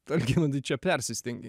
algimantai čia persistengei